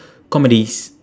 comedies